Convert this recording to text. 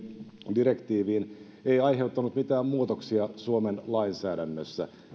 direktiiviin ei aiheuttanut mitään muutoksia suomen lainsäädännössä